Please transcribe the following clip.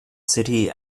city